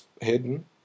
hidden